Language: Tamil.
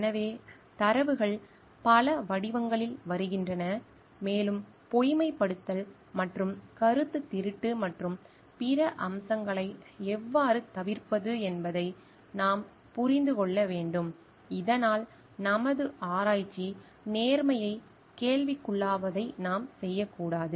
எனவே தரவுகள் பல வடிவங்களில் வருகின்றன மேலும் பொய்மைப்படுத்தல் மற்றும் கருத்துத் திருட்டு மற்றும் பிற அம்சங்களை எவ்வாறு தவிர்ப்பது என்பதை நாம் புரிந்து கொள்ள வேண்டும் இதனால் நமது ஆராய்ச்சி நேர்மையை கேள்விக்குள்ளாக்குவதை நாம் செய்யக்கூடாது